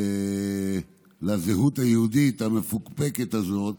לזהות היהודית המפוקפקת הזאת,